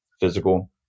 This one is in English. physical